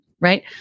right